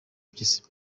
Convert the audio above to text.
mpyisi